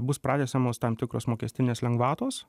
bus pratęsiamos tam tikros mokestinės lengvatos